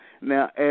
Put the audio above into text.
Now